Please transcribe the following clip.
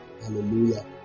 Hallelujah